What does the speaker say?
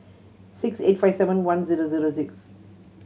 six eight five seven one zero zero six